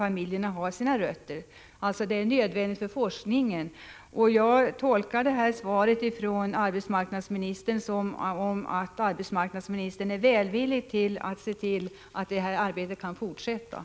Enligt uppgift har sådana överläggningar förts i olika omgångar. Har överläggningarna med kraftbolagen givit sådant resultat att bolagen är beredda att ta det ansvar som krävs för att säkra vindkraftens utveckling?